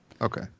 okay